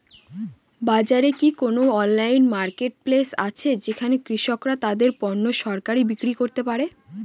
বাজারে কি কোন অনলাইন মার্কেটপ্লেস আছে যেখানে কৃষকরা তাদের পণ্য সরাসরি বিক্রি করতে পারে?